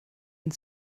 and